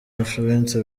influence